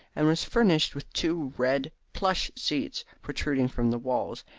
and was furnished with two red plush seats protruding from the walls,